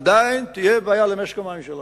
עדיין תהיה בעיה במשק המים שלנו,